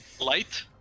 light